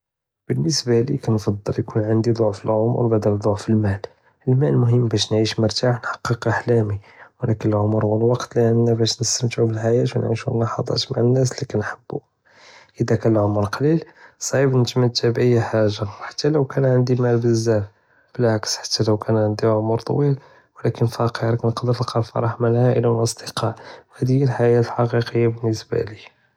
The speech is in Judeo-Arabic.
באלנسبة ליא כנפעל יכון ענדי דועף אלעמר بدل דועף אלמאל, אלמאל מוחם בש נعيش מרתה נחקק אחלאמי, ולקין אלעמר ואלוואקט לי ענדנה בש נסתמתעו בלחאיה ונعيشו אללהז'את מעא נאס לי כנחבוהום, אידה קאן אלעמר קלאיל סעיב נטמתע באי חאגה חתא לו קאן ענדי מאל בזאף בלעקס חתא וקן עמרי טוויל ולקין פקיר מאנקדר נפרח מעא אלאעילה ואלאסדקא, הדי היא אלחאיה אלחאקיקיה באלנسبة ליא.